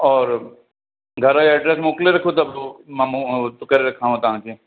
और घर जो एड्रेस मोकिले रखो त पोइ मां मो करे रखांव तव्हांखे